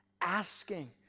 asking